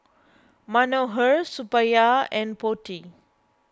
Manohar Suppiah and Potti